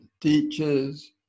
teachers